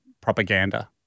propaganda